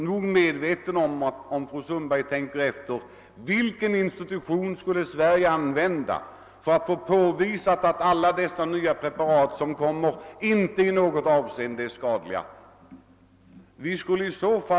Tänk efter, fru Sundberg — vilken institution skulle vi anlita för att få bevisat att alla de nya preparat som kommer inte i något avseende är skadliga?